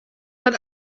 but